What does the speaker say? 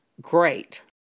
great